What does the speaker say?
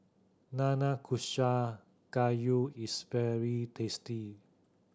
Nanakusa Gayu is very tasty